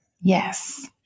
Yes